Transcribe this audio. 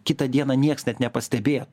kitą dieną nieks net nepastebėt